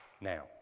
now